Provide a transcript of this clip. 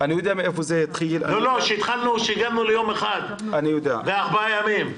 התחלנו מיום אחד וארבעה ימים.